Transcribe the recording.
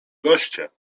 goście